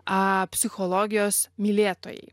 a psichologijos mylėtojai